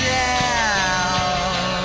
down